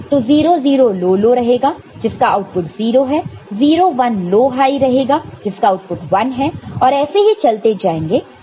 तो 0 0 low low रहेगा जिसका आउटपुट 0 है 0 1 लो हाई रहेगा जिसका आउटपुट 1 है और ऐसे ही चलते जाएंगे